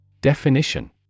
Definition